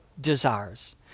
desires